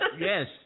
yes